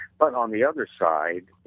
but on the other side,